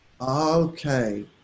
okay